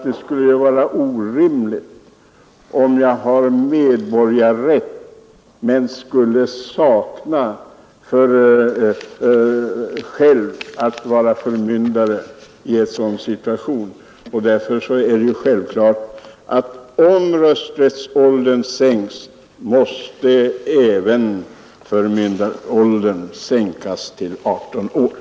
Det vore ju orimligt att ha medborgarrätt men sakna förmyndarrätt. Jag anser det därför självklart, att om rösträttsåldern sänks till 18 år skall även förmyndaråldern sänkas på samma sätt.